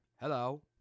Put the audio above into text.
Hello